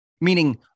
Meaning